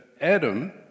Adam